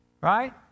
Right